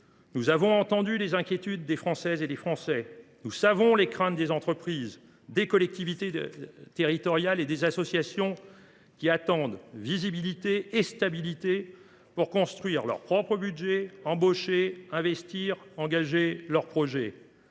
Nous avons entendu les inquiétudes des Françaises et des Français. Nous connaissons les craintes des entreprises, des collectivités territoriales et des associations, qui attendent d’avoir de la visibilité et de la stabilité pour construire leur propre budget, embaucher, investir et engager leurs projets.